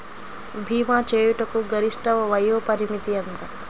భీమా చేయుటకు గరిష్ట వయోపరిమితి ఎంత?